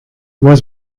was